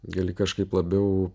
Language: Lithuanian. gali kažkaip labiau